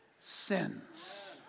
sins